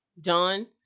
John